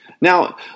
Now